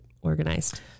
organized